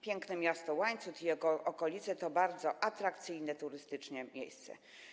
Piękne miasto Łańcut i jego okolice to bardzo atrakcyjnie turystycznie miejsce.